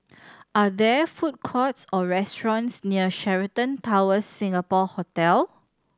are there food courts or restaurants near Sheraton Towers Singapore Hotel